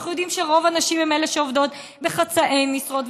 אנחנו יודעים שרוב הנשים הן שעובדות בחצאי משרות,